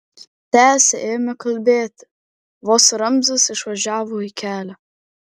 tęsė ėmė kalbėti vos ramzis išvažiavo į kelią